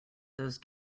those